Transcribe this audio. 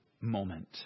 moment